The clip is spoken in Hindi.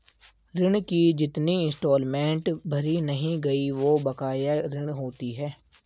ऋण की जितनी इंस्टॉलमेंट भरी नहीं गयी वो बकाया ऋण होती है